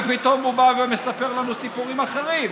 ופתאום הוא בא ומספר לנו סיפורים אחרים.